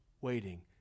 waiting